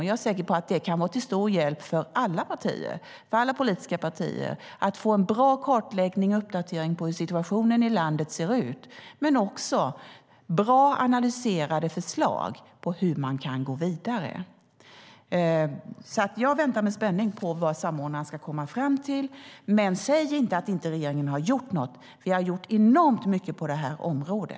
Jag är säker på att det kan vara till stor hjälp för alla politiska partier att få en bra kartläggning och uppdatering av hur situationen i landet ser ut men också bra och analyserade förslag på hur man kan gå vidare. Jag väntar med spänning på vad samordnaren ska komma fram till, men säg inte att regeringen inte har gjort något. Vi har gjort enormt mycket på området.